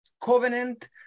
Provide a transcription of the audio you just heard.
covenant